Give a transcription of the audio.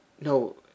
no